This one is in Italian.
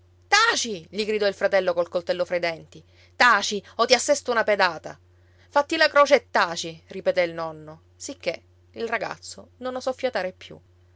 taci gli gridò il fratello col coltello fra i denti taci o ti assesto una pedata fatti la croce e taci ripeté il nonno sicché il ragazzo non osò fiatare più